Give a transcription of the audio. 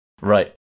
Right